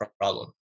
problem